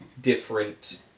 different